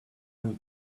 would